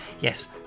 yes